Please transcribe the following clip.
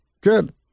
Good